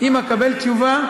אם אקבל תשובה,